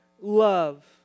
love